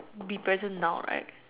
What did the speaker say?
be present now right